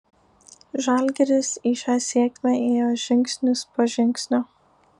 žalgiris į šią sėkmę ėjo žingsnis po žingsnio